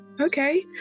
Okay